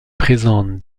présente